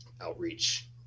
outreach